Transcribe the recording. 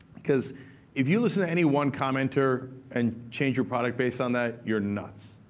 because if you listen to any one commenter and change your product based on that, you're nuts.